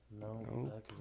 no